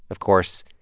of course,